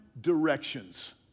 directions